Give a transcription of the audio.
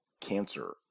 cancer